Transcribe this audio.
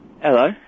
Hello